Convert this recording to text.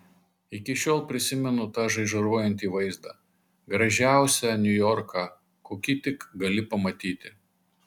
iki šiol prisimenu tą žaižaruojantį vaizdą gražiausią niujorką kokį tik gali pamatyti